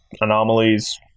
anomalies